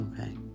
okay